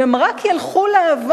אם הם רק ילכו לעבוד,